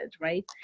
Right